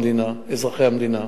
אזרחי המדינה.